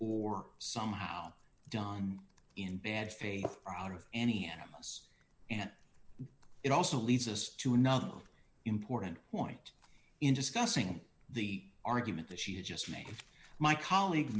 or somehow done in bad faith or out of any animals and it also leads us to another important point in discussing the argument that she had just made my colleague